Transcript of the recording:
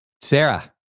Sarah